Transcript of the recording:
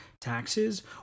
taxes